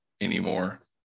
anymore